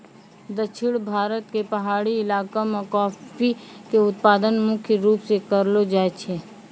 दक्षिण भारत के पहाड़ी इलाका मॅ कॉफी के उत्पादन मुख्य रूप स करलो जाय छै